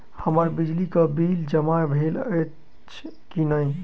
हम्मर बिजली कऽ बिल जमा भेल अछि की नहि?